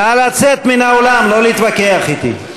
נא לצאת מן האולם, לא להתווכח אתי.